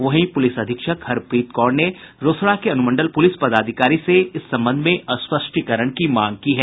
वहीं पुलिस अधीक्षक हरप्रीत कौर ने रोसड़ा के अनुमंडल पुलिस पदाधिकारी से स्पष्टीकरण की मांग की है